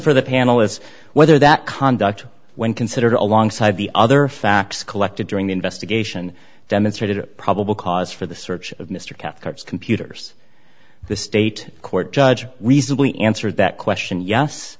for the panel is whether that conduct when considered alongside the other facts collected during the investigation demonstrated a probable cause for the search of mr cathcart computers the state court judge reasonably answered that question yes